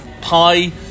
pie